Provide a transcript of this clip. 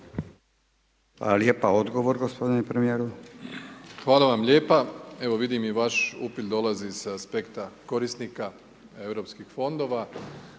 **Plenković, Andrej (HDZ)** Hvala vam lijepa, evo vidim i vaš upit dolazi s aspekta korisnika europskih fondova,